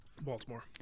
Baltimore